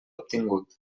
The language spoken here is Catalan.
obtingut